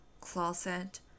closet